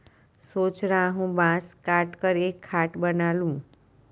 सोच रहा हूं बांस काटकर एक खाट बना लूं